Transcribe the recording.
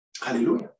Hallelujah